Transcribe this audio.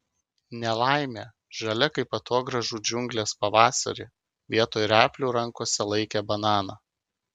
nelaimė žalia kaip atogrąžų džiunglės pavasarį vietoj replių rankose laikė bananą